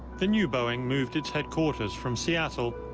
the new boeing moved its headquarters from seattle,